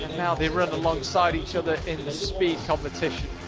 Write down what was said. now they run alongside each other in the speed competition.